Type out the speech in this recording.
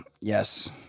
yes